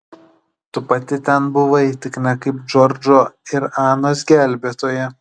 tu pati ten buvai tik ne kaip džordžo ir anos gelbėtoja